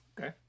Okay